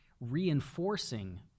reinforcing